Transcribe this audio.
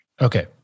Okay